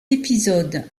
épisode